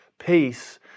peace